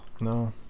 No